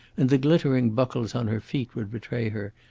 and the glittering buckles on her feet would betray her,